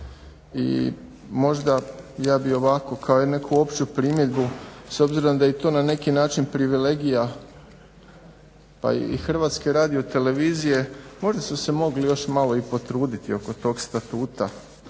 i možda ja bih ovako kao neku opću primjedbu s obzirom da i to na neki način privilegija pa i HRT-a, možda su se mogli još malo i potruditi oko tog Statuta